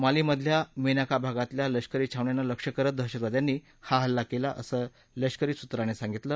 मालीमधल्या Menaka भागातल्या लष्करी छावण्यांना लक्ष करत दहशतवाद्यांनी हा हल्ला केला असं लष्करी सुत्रांनी सांगितलं